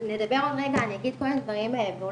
אני אדבר עוד רגע ואני אגיד כל מיני דברים ואולי